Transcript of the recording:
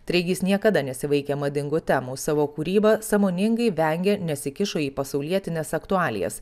treigys niekada nesivaikė madingų temų savo kūryba sąmoningai vengė nesikišo į pasaulietines aktualijas